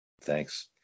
Thanks